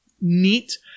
neat